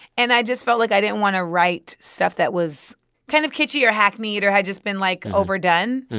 and i just felt like i didn't want to write stuff that was kind of kitschy or hackneyed or had just been, like, overdone.